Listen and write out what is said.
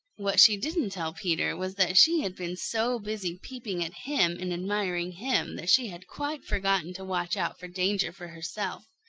what she didn't tell peter was that she had been so busy peeping at him and admiring him that she had quite forgotten to watch out for danger for herself.